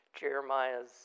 Jeremiah's